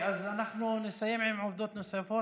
אז נסיים עם דעות נוספות.